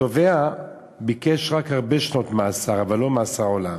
התובע ביקש רק הרבה שנות מאסר אבל לא מאסר עולם,